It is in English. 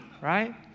right